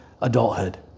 adulthood